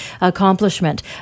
accomplishment